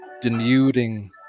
denuding